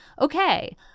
Okay